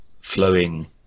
flowing